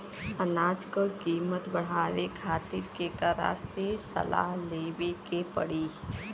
अनाज क कीमत बढ़ावे खातिर केकरा से सलाह लेवे के पड़ी?